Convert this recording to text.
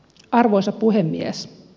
arvoisa puhemies